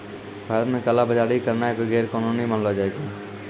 भारत मे काला बजारी करनाय गैरकानूनी मानलो जाय छै